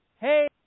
hey